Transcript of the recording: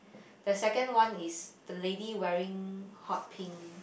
the second one is the lady wearing hot pink